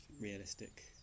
Realistic